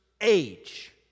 age